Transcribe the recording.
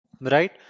Right